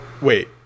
wait